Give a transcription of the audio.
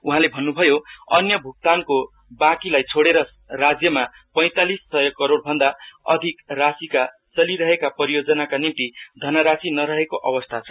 उहाँले भन्न्भयो अन्य भ्क्तानको बाँकीलाई छोडेर राज्यमा पैतालिस सय करोड भन्दा अधिक राशिका चलिरहेको परियोजनाका निम्ति धनराशि नरहेको अवस्था छ